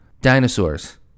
Dinosaurs